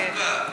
כן.